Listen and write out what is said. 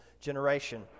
generation